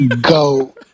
Go